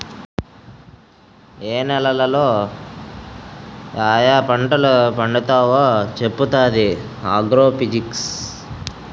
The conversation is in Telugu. ఏ నేలలో యాయా పంటలు పండుతావో చెప్పుతాది ఆగ్రో ఫిజిక్స్